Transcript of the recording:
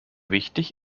wichtig